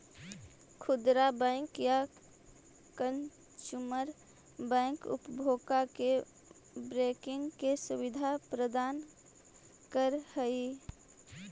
खुदरा बैंक या consumer bank उपभोक्ता के बैंकिंग के सुविधा प्रदान करऽ हइ